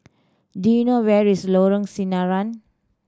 do you know where is Lorong Sinaran